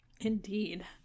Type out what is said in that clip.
Indeed